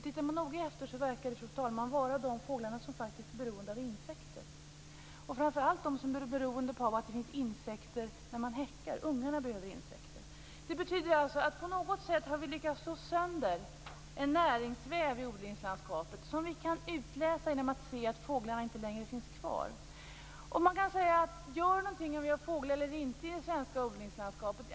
Tittar man noga efter, fru talman, verkar det vara de fåglar som är beroende av insekter, framför allt de som är beroende av insekter när de häckar - ungarna behöver insekter. Det betyder att på något sätt har vi lyckats slå sönder en näringsväg i odlingslandskapet. Vi kan utläsa det genom att se att fåglarna inte längre finns kvar. Det går att fråga sig om det gör något om det finns eller inte finns fåglar i det svenska odlingslandskapet.